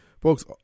Folks